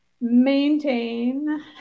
maintain